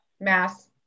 Mass